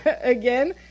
again